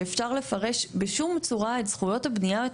שאפשר לפרש בשום צורה את זכויות הבנייה את